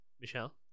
Michelle